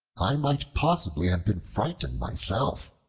i might possibly have been frightened myself,